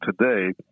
today